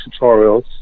tutorials